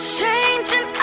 changing